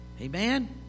Amen